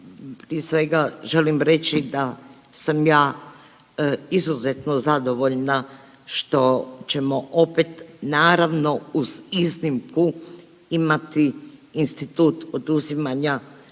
prije svega želim reći da sam ja izuzetno zadovoljna što ćemo opet naravno uz iznimku imati institut oduzimanja